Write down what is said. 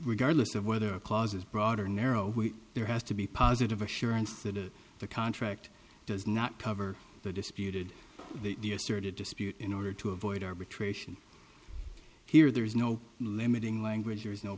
regardless of whether a clause is broader narrow there has to be positive assurance that the contract does not cover the disputed that yesterday dispute in order to avoid arbitration here there is no limiting language there is no